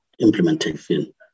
implementation